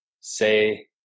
say